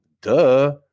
duh